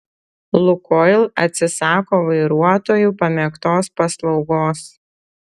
lukoil atsisako vairuotojų pamėgtos paslaugos